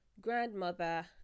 grandmother